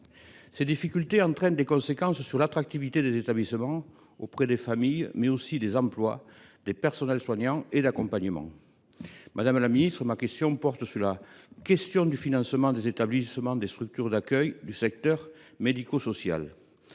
Ces difficultés entraînent des conséquences sur l’attractivité des établissements auprès des familles, mais aussi des emplois, du personnel soignant et d’accompagnement. Ma question porte donc sur la question du financement des structures d’accueil du secteur médico social.